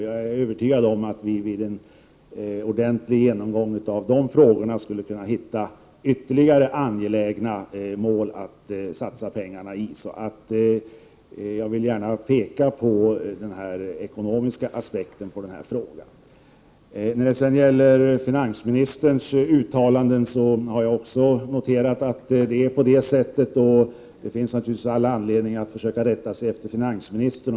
Jag är övertygad om att vid en ordentlig genomgång av dessa frågor skall vi kunna hitta ytterligare angelägna mål att satsa pengar i. Jag vill gärna peka på den här ekonomiska aspekten på denna fråga. Även jag har noterat finansministerns uttalanden. Det finns naturligtvis anledning att försöka rätta sig efter finansministern.